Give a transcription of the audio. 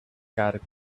character